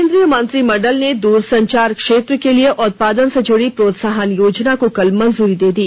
केन्द्रीय मंत्रिमंडल ने दूरसंचार क्षेत्र के लिए उत्पादन से जुड़ी प्रोत्साहन योजना को कल मंजूरी दे दी